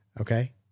okay